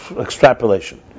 extrapolation